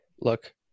Look